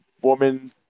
woman